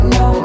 no